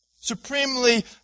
Supremely